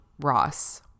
Ross